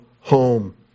home